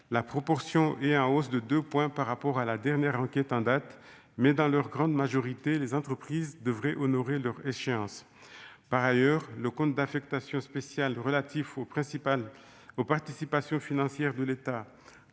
la proportion est en hausse de 2 points par rapport à la dernière enquête en date, mais dans leur grande majorité, les entreprises devraient honorer leurs échéances, par ailleurs, le compte d'affectation spéciale relatif au principal oh participation financière de l'État,